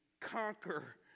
conquer